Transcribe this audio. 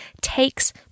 takes